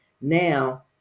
now